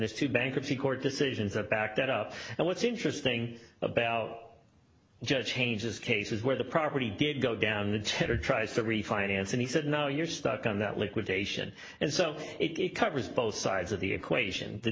this to bankruptcy court decisions that back that up and what's interesting about judge changes cases where the property did go down the tenor tries to refinance and he said no you're stuck on that liquidation and so it covers both sides of the equation the